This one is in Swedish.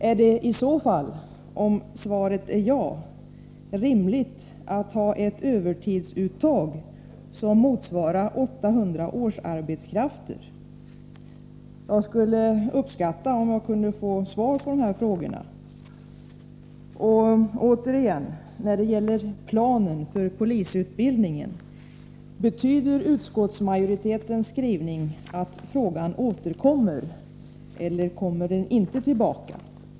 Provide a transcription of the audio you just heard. Om svaret är ja, är det i så fall rimligt med ett övertidsuttag som motsvarar 800 årsarbeten? Jag skulle uppskatta om jag fick svar på mina frågor. Vidare skulle jag vilja fråga när det gäller planen för polisutbildningen: Betyder utskottsmajoritetens skrivning att frågan återkommer — eller kommer den inte tillbaka?